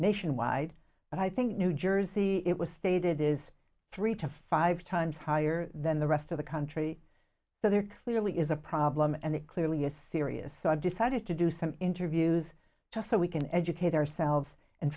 nationwide and i think new jersey it was stated is three to five times higher than the rest of the country so there clearly is a problem and it clearly is serious so i decided to do some interviews just so we can educate ourselves and